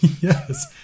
Yes